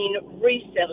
recently